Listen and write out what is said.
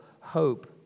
hope